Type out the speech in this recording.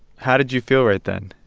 how did you feel right then?